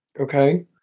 Okay